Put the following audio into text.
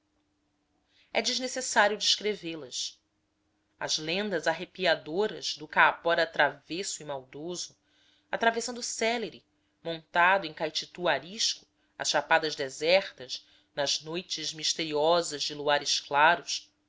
é desnecessário descrevê las as lendas arrepiadoras do caapora travesso e maldoso atravessando célere montado em caititu arisco as chapadas desertas nas noites misteriosas de luares claros